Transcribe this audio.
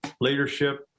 leadership